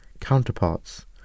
counterparts